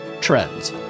trends